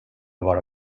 vara